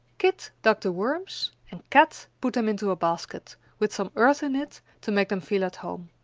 kit dug the worms, and kat put them into a basket, with some earth in it to make them feel at home.